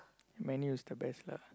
man u is the best lah